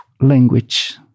language